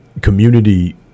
community